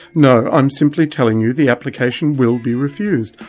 no, i'm simply telling you the application will be refused.